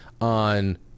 On